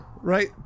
Right